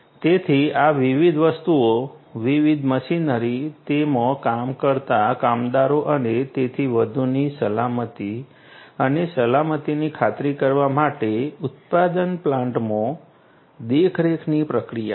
તેથી આ વિવિધ વસ્તુઓ વિવિધ મશીનરી તેમાં કામ કરતા કામદારો અને તેથી વધુની સલામતી અને સલામતીની ખાતરી કરવા માટે ઉત્પાદન પ્લાન્ટમાં દેખરેખની પ્રક્રિયા છે